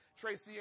Tracy